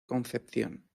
concepción